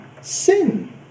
sin